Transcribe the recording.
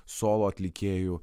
solo atlikėjų